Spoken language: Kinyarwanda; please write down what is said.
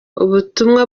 ubutumwa